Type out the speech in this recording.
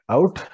Out